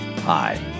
Hi